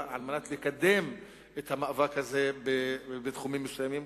על מנת לקדם את המאבק הזה בתחומים מסוימים.